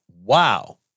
Wow